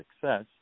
success